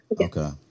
Okay